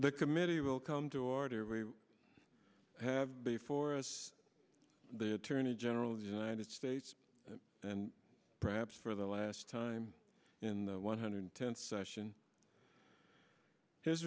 the committee will come to order we have before us the attorney general of the united states and perhaps for the last time in the one hundred tenth session his